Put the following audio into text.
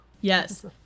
Yes